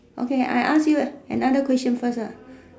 okay I ask you ah another question first ah